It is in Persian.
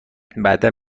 بعدا